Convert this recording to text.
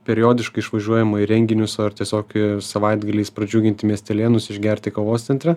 periodiškai išvažiuojama į renginius ar tiesiog savaitgaliais pradžiuginti miestelėnus išgerti kavos centre